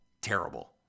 Terrible